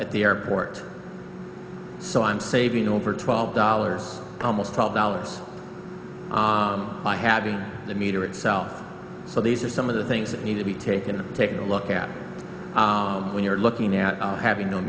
at the airport so i'm saving over twelve dollars almost twelve dollars by having the meter itself so these are some of the things that need to be taken to take a look at when you're looking at having no